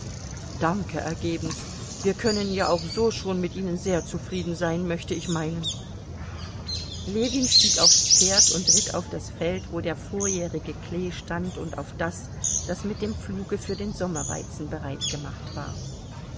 danke ergebenst wir können ja auch so schon mit ihnen sehr zufrieden sein möchte ich meinen ljewin stieg aufs pferd und ritt auf das feld wo der vorjährige klee stand und auf das das mit dem pfluge für den sommerweizen bereitgemacht war